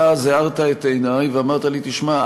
אתה הארת אז את עיני ואמרת לי: תשמע,